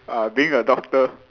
uh being a doctor